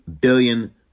billion